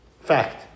Fact